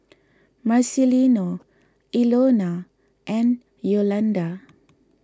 Marcelino Ilona and Yolanda